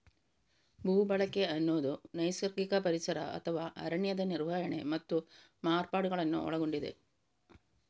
ಭೂ ಬಳಕೆ ಅನ್ನುದು ನೈಸರ್ಗಿಕ ಪರಿಸರ ಅಥವಾ ಅರಣ್ಯದ ನಿರ್ವಹಣೆ ಮತ್ತು ಮಾರ್ಪಾಡುಗಳನ್ನ ಒಳಗೊಂಡಿದೆ